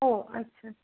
ও আচ্ছা